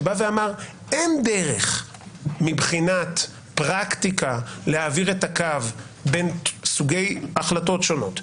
שבא ואמר: אין דרך מבחינת פרקטיקה להעביר את הקו בין סוגי החלטות שונות,